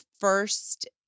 first